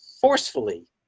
forcefully